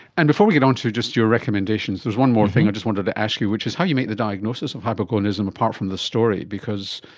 and before we get onto just your recommendations, there is one more thing i just wanted to ask you which is how you make the diagnosis of hypogonadism apart from the story, because